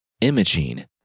imaging